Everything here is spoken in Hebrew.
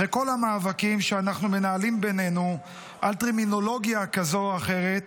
אחרי כל המאבקים שאנחנו מנהלים בינינו על טרמינולוגיה כזו או אחרת,